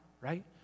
right